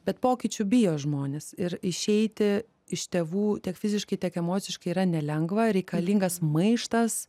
bet pokyčių bijo žmonės ir išeiti iš tėvų tiek fiziškai tiek emociškai yra nelengva reikalingas maištas